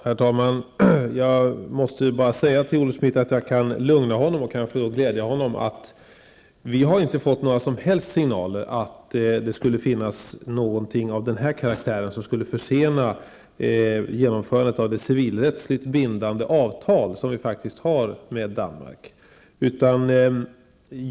Herr talman! Jag kan lugna Olle Schmidt och glädja honom med att vi inte har fått några som helst signaler om att någonting av detta slag skulle försena genomförandet av det civilrättsligt bindande avtal som vi faktiskt har med Danmark.